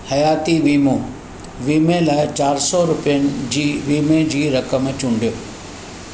हयाती वीमो वीमे लाइ चारि सौ रुपियनि जी वीमे जी रक़म चूंॾियो